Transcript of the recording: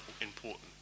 important